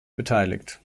beteiligt